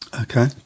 Okay